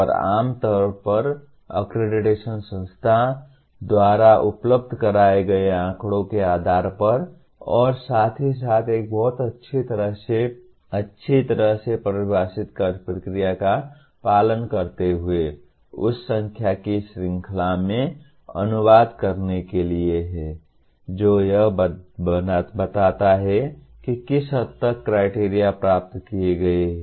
और आम तौर पर अक्रेडिटेशन संस्था द्वारा उपलब्ध कराए गए आंकड़ों के आधार पर और साथ ही साथ एक बहुत अच्छी तरह से अच्छी तरह से परिभाषित प्रक्रिया का पालन करते हुए और उस संख्या की एक श्रृंखला में अनुवाद करने के लिए है जो यह बताता है कि किस हद तक क्राइटेरिया प्राप्त किए गए हैं